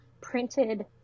printed